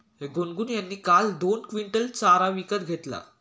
गुनगुन यांनी काल दोन क्विंटल चारा विकत घेतला